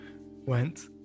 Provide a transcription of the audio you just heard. went